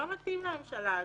לא מתאים לממשלה הזאת.